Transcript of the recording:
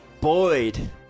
Boyd